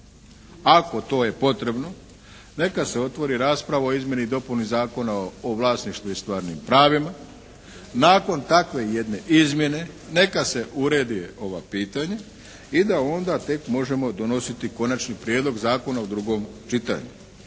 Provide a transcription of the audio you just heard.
Ako to je potrebno neka se otvori rasprava o izmjeni i dopuni Zakona o vlasništvu i stvarnim pravima. Nakon takve jedne izmjene neka se urede ova pitanja i da onda tek možemo donositi Konačni prijedlog zakona u drugom čitanju.